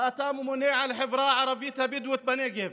ואתה ממונה על החברה הערבית הבדואית בנגב,